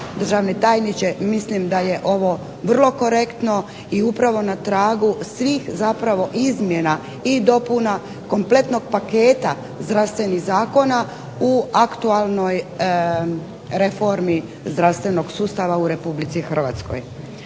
Državni tajniče mislim da je ovo vrlo korektno i upravo na tragu zapravo svih izmjena i dopuna kompletnog paketa zdravstvenih zakona u aktualnoj reformi zdravstvenog sustava u RH.